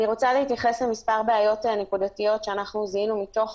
אני רוצה להתייחס למספר בעיות נקודתיות שאנחנו זיהינו מתוך